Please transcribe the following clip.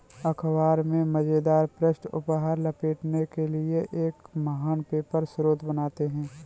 अख़बार में मज़ेदार पृष्ठ उपहार लपेटने के लिए एक महान पेपर स्रोत बनाते हैं